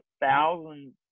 thousands